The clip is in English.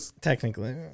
technically